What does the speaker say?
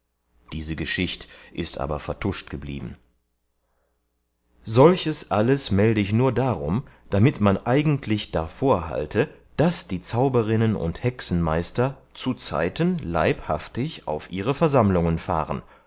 diese geschicht ist aber vertuscht geblieben solches alles melde ich nur darum damit man eigentlich darvorhalte daß die zauberinnen und hexenmeister zuzeiten leibhaftig auf ihre versammlungen fahren